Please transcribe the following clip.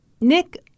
Nick